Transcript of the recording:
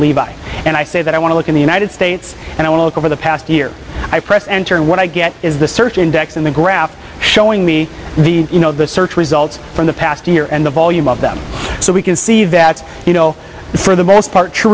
levi and i say that i want to look in the united states and i want to look over the past year i press enter and what i get is the search index and the graph showing me the you know the search results from the past year and the volume of them so we can see that you know for the most part t